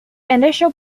initial